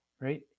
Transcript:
right